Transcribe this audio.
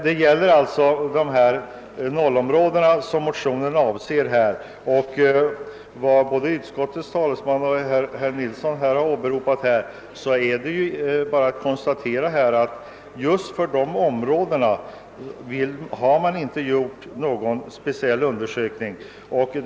Beträffande noll-områdena, som motionen avser, är det bara att konstatera att någon speciell undersökning inte pågår.